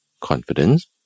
confidence